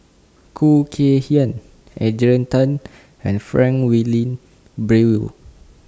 Khoo Kay Hian Adrian Tan and Frank Wilmin Brewer